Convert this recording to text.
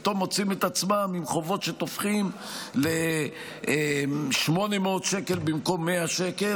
פתאום מוצאים את עצמם עם חובות שתופחים ל-800 שקל במקום 100 שקל,